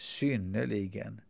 synnerligen